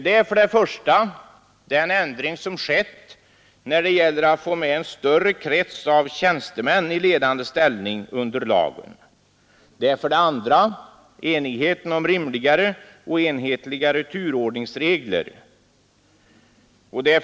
Det gäller för det första den ändring som inneburit att en större krets av tjänstemän i ledande ställning förts in under lagen. Det gäller för det andra de rimligare och enhetligare turordningsregler som utarbetats.